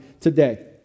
today